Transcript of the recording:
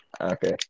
Okay